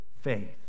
faith